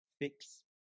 fix